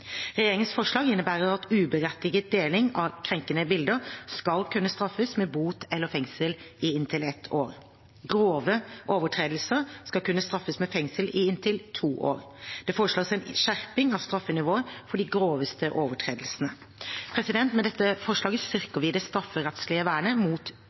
Regjeringens forslag innebærer at uberettiget deling av krenkende bilder skal kunne straffes med bot eller fengsel inntil ett år. Grove overtredelser skal kunne straffes med fengsel inntil to år. Det foreslås en skjerping av straffenivået for de groveste overtredelsene. Med dette forslaget styrker vi det strafferettslige vernet mot